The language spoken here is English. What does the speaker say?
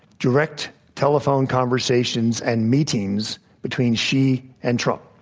direct telephone conversations and meetings between xi and trump.